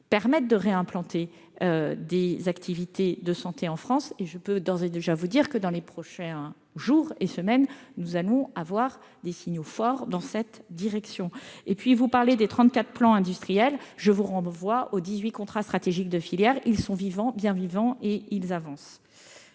permettant de réimplanter des activités de santé en France. Je puis d'ores et déjà vous dire que, dans les prochains jours, dans les prochaines semaines, nous enverrons des signaux forts dans cette direction. Et puisque vous évoquez les 34 plans industriels, je vous renvoie aux 18 contrats stratégiques de filière, qui sont vivants, bien vivants, et qui avancent.